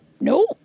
no